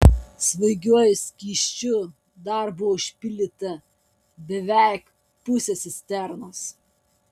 svaigiuoju skysčiu dar buvo užpildyta beveik pusė cisternos